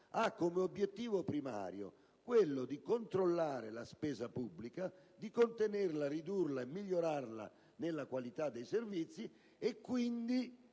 ha come scopo primario quello di controllare la spesa pubblica, di contenerla, ridurla e migliorarla nella qualità dei servizi.